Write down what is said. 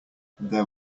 there